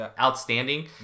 outstanding